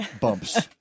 bumps